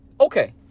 Okay